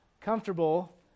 comfortable